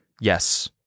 Yes